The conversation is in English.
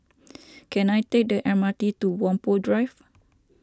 can I take the M R T to Whampoa Drive